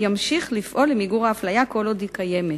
המסחר והתעסוקה ימשיך לפעול למיגור האפליה כל עוד היא קיימת.